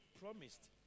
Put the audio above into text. promised